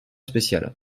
spécial